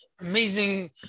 amazing